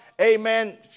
amen